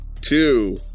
two